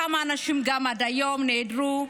כמה אנשים עד היום נעדרים,